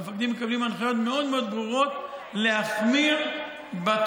המפקדים מקבלים הנחיות מאוד מאוד ברורות להחמיר בעונשים.